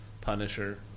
punisher